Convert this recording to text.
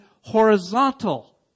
horizontal